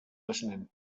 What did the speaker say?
listening